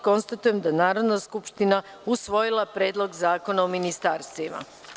Konstatujem da je Narodna skupština usvojila Predlog zakona o ministarstvima.